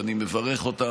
ואני מברך אותך.